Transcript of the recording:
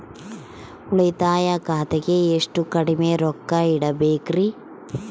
ಉಳಿತಾಯ ಖಾತೆಗೆ ಎಷ್ಟು ಕಡಿಮೆ ರೊಕ್ಕ ಇಡಬೇಕರಿ?